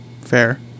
Fair